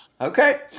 Okay